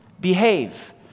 behave